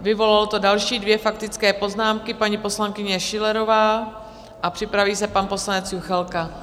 Vyvolalo to další dvě faktické poznámky, paní poslankyně Schillerová a připraví se pan poslanec Juchelka.